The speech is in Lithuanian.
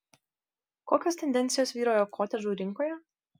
kokios tendencijos vyrauja kotedžų rinkoje